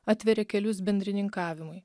atveria kelius bendrininkavimui